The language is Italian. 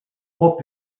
pop